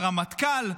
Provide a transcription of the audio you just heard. הרמטכ"ל.